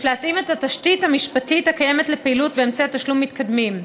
להתאים את התשתית המשפטית הקיימת לפעילות באמצעי תשלום מתקדמים.